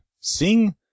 sing